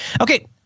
Okay